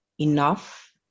enough